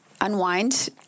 unwind